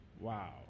Wow